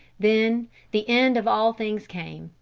then the end of all things came,